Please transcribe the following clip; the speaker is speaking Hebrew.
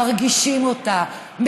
מרגישים אותה,